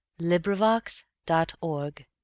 LibriVox.org